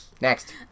Next